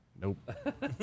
Nope